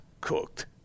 cooked